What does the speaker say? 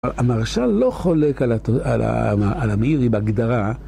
המרשל לא חולק על אמירי בהגדרה